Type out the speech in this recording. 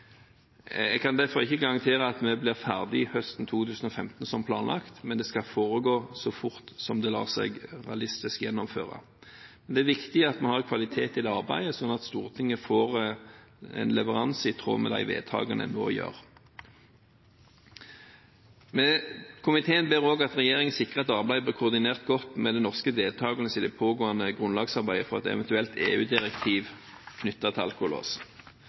Jeg kan derfor ikke garantere at vi blir ferdige høsten 2015, som planlagt, men det skal foregå så fort som det realistisk lar seg gjennomføre. Det er viktig at vi har kvalitet på det arbeidet, sånn at Stortinget får en leveranse i tråd med de vedtakene en nå fatter. Komiteen ber også om at regjeringen sikrer at arbeidet blir koordinert godt med den norske deltakelsen i det pågående grunnlagsarbeidet for et eventuelt EU-direktiv knyttet til alkolås.